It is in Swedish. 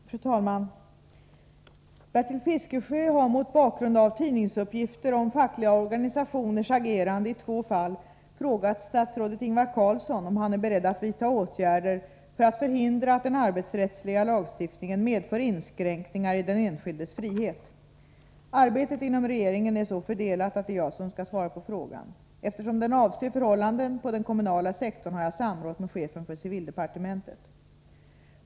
Fru talman! Bertil Fiskesjö har mot bakgrund av tidningsuppgifter om fackliga organisationers agerande i två fall frågat statsrådet Ingvar Carlsson om han är beredd att vidta åtgärder för att förhindra att den arbetsrättsliga lagstiftningen medför inskränkningar i den enskildes frihet. Arbetet inom regeringen är så fördelat att det är jag som skall svara på frågan. Eftersom den avser förhållanden på den kommunala sektorn har jag samrått med chefen för civildepartementet.